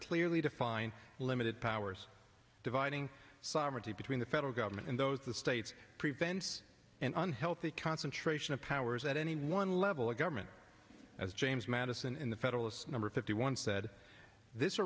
clearly defined limited powers dividing sovereignty between the federal government and those the states prevents an unhealthy concentration of powers at any one level of government as james madison in the federalist number fifty one said this